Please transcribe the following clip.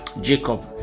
Jacob